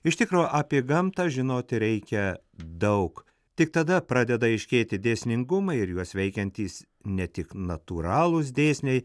iš tikro apie gamtą žinoti reikia daug tik tada pradeda aiškėti dėsningumai ir juos veikiantys ne tik natūralūs dėsniai